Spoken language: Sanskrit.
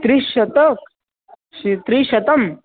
त्रिशत शि त्रिशतम्